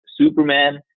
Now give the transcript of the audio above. Superman